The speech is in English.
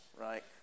right